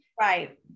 Right